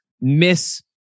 miss